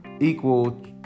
equal